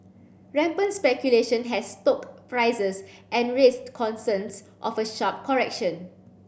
rampant speculation has stoked prices and raised concerns of a sharp correction